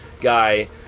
guy